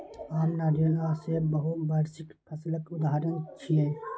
आम, नारियल आ सेब बहुवार्षिक फसलक उदाहरण छियै